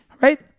right